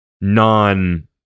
non